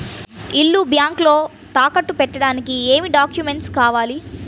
ఇల్లు బ్యాంకులో తాకట్టు పెట్టడానికి ఏమి డాక్యూమెంట్స్ కావాలి?